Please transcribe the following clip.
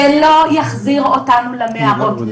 זה לא יחזיר אותנו למערות,